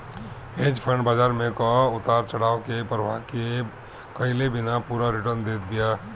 hedge fund में बाजार कअ उतार चढ़ाव के परवाह कईले बिना पूरा रिटर्न देत बिया